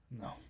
No